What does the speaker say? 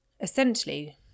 essentially